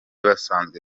basanzwe